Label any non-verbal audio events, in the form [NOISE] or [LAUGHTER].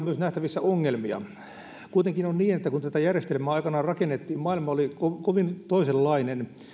[UNINTELLIGIBLE] myös ongelmia kuitenkin on niin että kun tätä järjestelmää aikanaan rakennettiin maailma oli kovin toisenlainen